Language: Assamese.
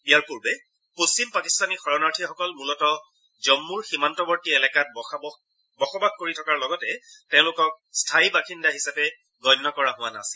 ইয়াৰ পূৰ্বে পশ্চিম পাকিস্তানী শৰণাৰ্থীসকল মূলতঃ জম্মুৰ সীমান্তৱৰ্ত্তী এলেকাত বসবাস কৰি থকাৰ লগতে তেওঁলোকক স্থায়ী বাসিন্দা হিচাপে গণ্য কৰা হোৱা নাছিল